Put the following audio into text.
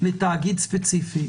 לתאגיד ספציפי,